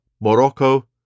Morocco